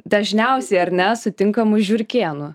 dažniausiai ar ne sutinkamų žiurkėnų